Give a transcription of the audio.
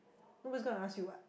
nobody is gonna ask you what